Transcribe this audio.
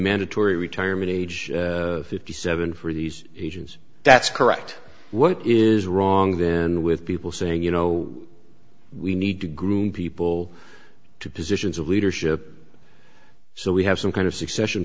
mandatory retirement age fifty seven for these issues that's correct what is wrong then with people saying you know we need to groom people to positions of leadership so we have some kind of succession